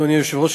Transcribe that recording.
אדוני היושב-ראש,